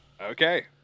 Okay